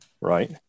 Right